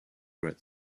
red